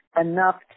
enough